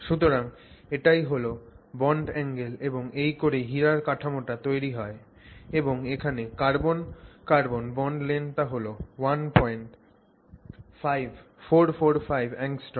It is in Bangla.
সুতরাং এটাই হল বন্ড অ্যাঙ্গেল এবং এই করেই হীরার কাঠামোটা তৈরি হয় এবং এখানে কার্বন কার্বন বন্ড লেংথ টা হল 15445 angstroms